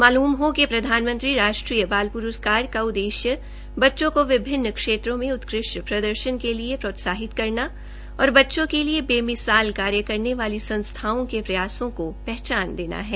मालूम हो कि प्रधानमंत्री राष्ट्रीय बाल प्रस्कार का उद्देश्य बच्चों को विभिन्न क्षेत्रो में उतकृष्ट प्रदर्शन के लिए प्रोत्साहित करना और बच्चों के लिए बेसिाल कार्य करने वाली संस्थाओं के प्रयासों को पहचान देना है